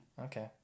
Okay